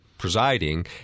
presiding